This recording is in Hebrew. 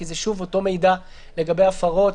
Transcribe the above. כי זה שוב אותו מידע לגבי הפרות,